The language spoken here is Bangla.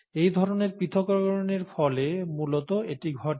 এই ধরণের পৃথকীকরণের ফলে মূলত এটি ঘটে